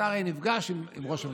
אתה הרי נפגש עם ראש הממשלה.